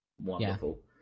wonderful